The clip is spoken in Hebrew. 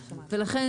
ולכן,